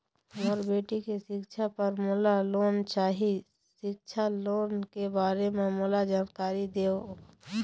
मोर बेटी के सिक्छा पर मोला लोन चाही सिक्छा लोन के बारे म मोला जानकारी देव?